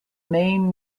main